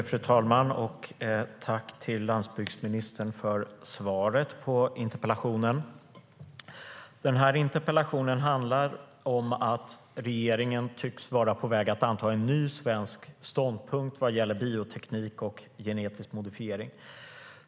Fru talman! Jag tackar landsbygdsministern för svaret på interpellationen. Interpellationen handlar om att regeringen tycks vara på väg att anta en ny svensk ståndpunkt vad gäller bioteknik och genetisk modifiering.